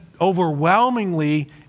overwhelmingly